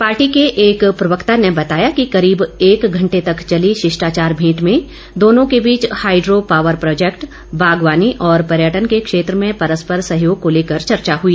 party के एक प्रवक्ता ने बताया कि करीब एक घंटे पर चली शिष्टाचार भेंट में दोनों के बीच हाइड्रो पावर प्राजेक्ट बागवानी और पर्यटन के क्षेत्र में परस्पर सहयोग को लेकर चर्चा हई